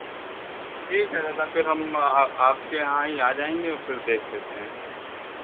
ठीक है दादा फिर हम आपके यहाँ ही आ जाएँगे और फिर देख लेते हैं